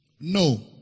No